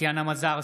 טטיאנה מזרסקי,